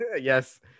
yes